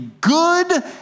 good